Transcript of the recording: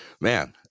man